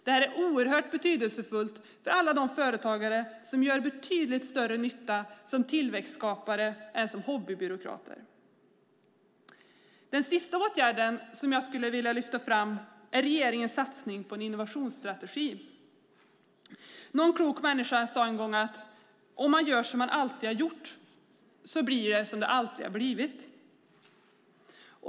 Det är oerhört betydelsefullt för alla de företagare som gör betydligt större nytta som tillväxtskapare än som hobbybyråkrater. Den sista åtgärden som jag skulle vilja lyfta fram är regeringens satsning på en innovationsstrategi. Någon klok människa sade en gång att om man gör som man alltid har gjort blir det som det alltid har blivit.